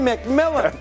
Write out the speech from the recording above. McMillan